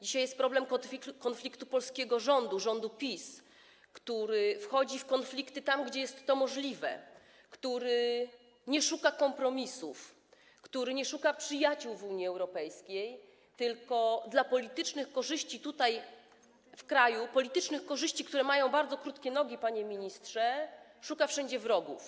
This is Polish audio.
Dzisiaj jest problem dotyczący polskiego rządu, rządu PiS, który popada w konflikty tam, gdzie jest to możliwe, który nie szuka kompromisów, nie szuka przyjaciół w Unii Europejskiej, tylko dla politycznych korzyści tutaj, w kraju, politycznych korzyści, które mają bardzo krótkie nogi, panie ministrze, szuka wszędzie wrogów.